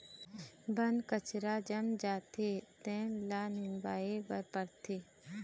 बन कचरा जाम जाथे तेन ल निंदवाए बर परथे